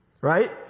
Right